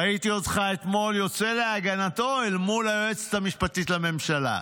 ראיתי אותך אתמול יוצא להגנתו אל מול היועצת המשפטית לממשלה.